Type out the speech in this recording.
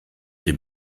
dem